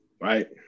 right